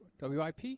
WIP